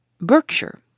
Berkshire